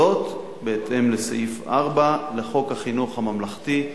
זאת בהתאם לסעיף 4 לחוק החינוך הממלכתי,